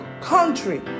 country